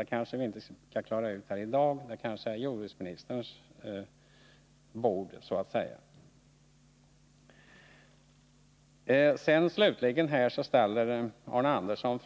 Det kanske vi inte kan klara ut här i dag — det är så att säga jordbruksministerns bord. Slutligen vill Arne Andersson